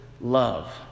love